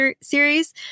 series